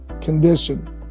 condition